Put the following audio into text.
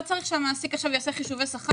לא צריך שהמעסיק עכשיו יעשה חישובי שכר.